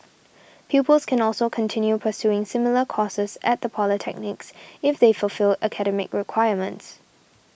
pupils can also continue pursuing similar courses at the polytechnics if they fulfil academic requirements